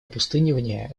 опустынивание